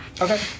Okay